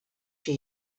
się